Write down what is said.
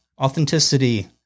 Authenticity